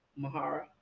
Mahara